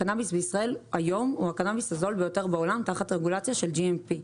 הקנאביס בישראל היום הוא הקנאביס הזול ביותר בעולם תחת הרגולציה של gmp.